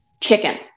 Chicken